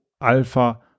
Alpha